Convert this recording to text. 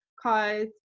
cause